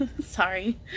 Sorry